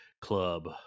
club